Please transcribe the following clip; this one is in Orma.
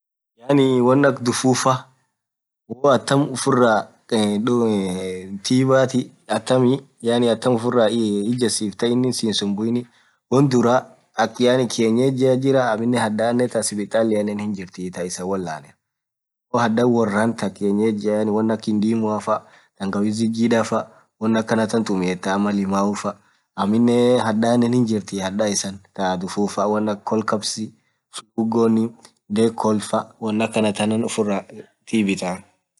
Yaani won aka dhufufa woo atamm ufuraaa (doo iiii) thibathi atammi uffuraa ijejifthaa ininn sii hinsumbuini won dhura akaa yaani kienyeji jiraa aminen hadhaanen tha sipitalinen hinjirthii thaa issan wolanen dhub hadhan worran thaa kienyeji won aka hindimua faa tangawizi jidhaa faa wonn akhanathan tumetha ama limau faa aminee hadhanen hinjirthii hadhaa isaa tha dhufufa won Kaa colcapsiii flugoni delco faa won akhanathan ufurah thibithaa